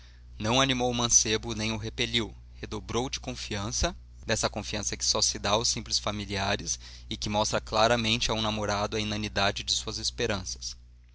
não animou o mancebo nem o repeliu redobrou de confiança dessa confiança que só se dá aos simples familiares e que mostra claramente a um namorado a inanidade de suas esperanças